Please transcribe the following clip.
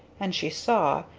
and she saw,